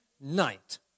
night